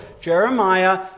Jeremiah